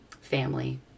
family